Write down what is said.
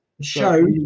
Show